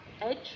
edge